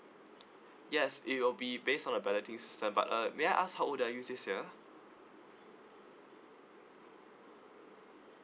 yes it will be based on the penalties uh but uh may I ask how old are you this year